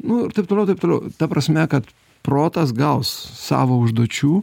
nu ir taip toliau taip toliau ta prasme kad protas gaus savo užduočių